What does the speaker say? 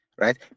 right